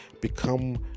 become